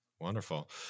wonderful